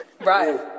Right